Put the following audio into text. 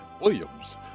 Williams